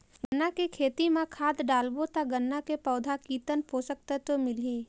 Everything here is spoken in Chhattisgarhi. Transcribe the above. गन्ना के खेती मां खाद डालबो ता गन्ना के पौधा कितन पोषक तत्व मिलही?